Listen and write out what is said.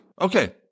Okay